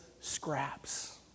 scraps